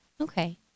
Okay